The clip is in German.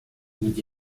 findet